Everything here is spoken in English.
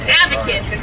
advocate